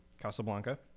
Casablanca